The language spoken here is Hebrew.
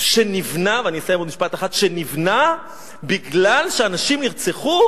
שנבנה מפני שאנשים נרצחו?